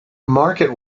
market